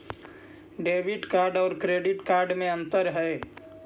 Debit card और credit card में अन्तर है?